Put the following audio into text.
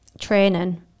training